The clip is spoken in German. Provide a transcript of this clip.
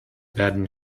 werden